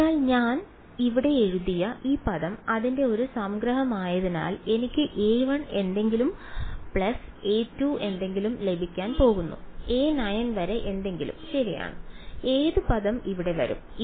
അതിനാൽ ഞാൻ ഇവിടെ എഴുതിയ ഈ പദം അതിന്റെ ഒരു സംഗ്രഹമായതിനാൽ എനിക്ക് a1 എന്തെങ്കിലും പ്ലസ് a2 എന്തെങ്കിലും ലഭിക്കാൻ പോകുന്നു a9 വരെ എന്തെങ്കിലും ശരിയാണ് ഏത് പദം ഇവിടെ വരും